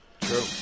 True